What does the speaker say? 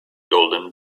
golden